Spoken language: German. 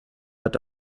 hat